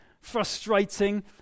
frustrating